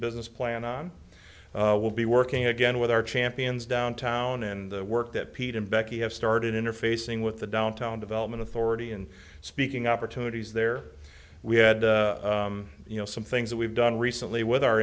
business plan on will be working again with our champions downtown and the work that pete and becky have started interfacing with the downtown development authority and speaking opportunities there we had you know some things that we've done recently with our